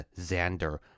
Xander